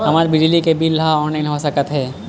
हमर बिजली के बिल ह ऑनलाइन हो सकत हे?